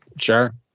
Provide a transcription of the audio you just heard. Sure